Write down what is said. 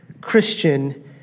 Christian